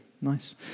Nice